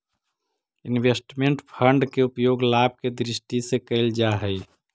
investment fund के उपयोग लाभ के दृष्टि से कईल जा हई